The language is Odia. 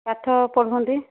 ପାଠ ପଢ଼ନ୍ତି